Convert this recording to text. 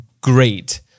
great